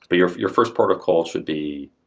but your your first protocol should be,